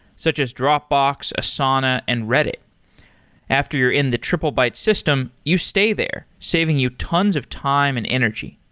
such as dropbox, asana and reddit after you're in the triplebyte system, you stay there saving you tons of time and energy.